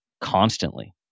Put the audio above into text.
constantly